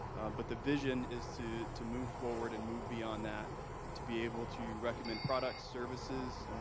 but the vision is to to move forward and move beyond that to be able to recommend products, services,